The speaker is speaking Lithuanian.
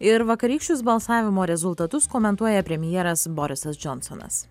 ir vakarykščius balsavimo rezultatus komentuoja premjeras borisas džonsonas